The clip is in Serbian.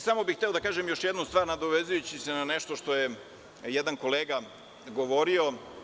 Samo bih hteo da kažem još jednu stvar, nadovezujući se na nešto što je jedan kolega govorio.